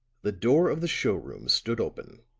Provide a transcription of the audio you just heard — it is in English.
the door of the showroom stood open